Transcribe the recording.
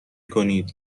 کنید